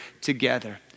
together